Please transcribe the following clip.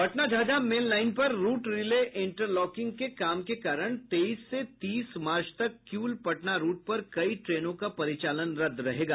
Patna Jhajha main line पर route relay interlocking के काम के कारण तेईस से तीस मार्च तक किऊल पटना रूट पर कई ट्रेनों का परिचालन रद्द रहेगा